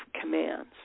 commands